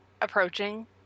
approaching